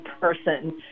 person